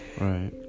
right